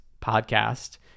podcast